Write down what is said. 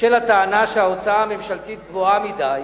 בשל הטענה שההוצאה הממשלתית גבוהה מדי,